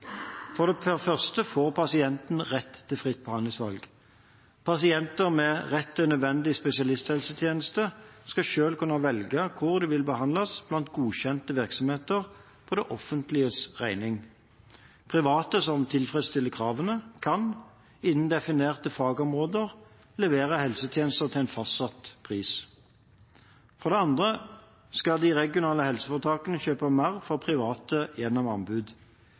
For det første får pasientene rett til fritt behandlingsvalg. Pasienter med rett til nødvendig spesialisthelsetjeneste skal selv kunne velge hvor de vil behandles blant godkjente virksomheter – på det offentliges regning. Private som tilfredsstiller kravene, kan – innen definerte fagområder – levere helsetjenester til en fastsatt pris. For det andre skal de regionale helseforetakene kjøpe mer fra private gjennom anbud.